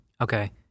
Okay